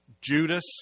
Judas